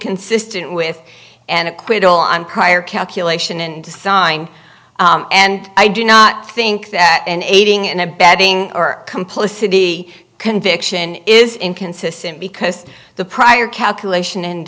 inconsistent with an acquittal on prior calculation and design and i do not think that in aiding and abetting or complicity conviction is inconsistent because the prior calculation and